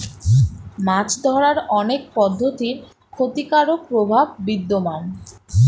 মাছ ধরার অনেক পদ্ধতির ক্ষতিকারক প্রভাব বিদ্যমান